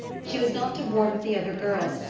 she was not to board with the other girls,